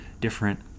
different